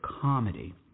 comedy